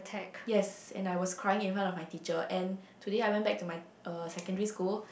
yes and I was crying in front of my teacher and today I went to my uh secondary school